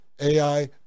AI